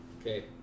Okay